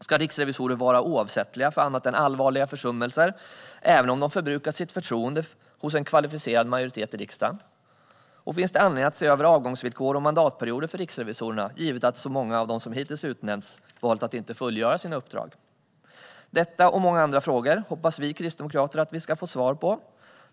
Ska riksrevisorer vara oavsättliga för annat än allvarliga försummelser, även om de förbrukat sitt förtroende hos en kvalificerad majoritet i riksdagen? Och finns det anledning att se över avgångsvillkor och mandatperioder för riksrevisorerna, givet att så många av dem som hittills utnämnts valt att inte fullgöra sina uppdrag? Detta och många andra frågor hoppas vi kristdemokrater få svar på.